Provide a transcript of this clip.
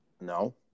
No